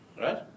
right